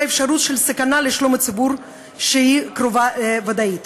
אפשרות של סכנה לשלום הציבור שהיא קרובה לוודאית.